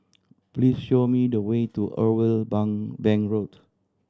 please show me the way to Irwell Bank Road